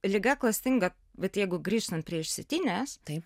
liga klastinga bet jeigu grįžtant prie išsetinės